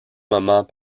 moment